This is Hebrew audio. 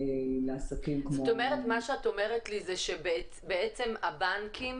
לעסקים כמו --- מה שאת אומרת לי זה שבעצם הבנקים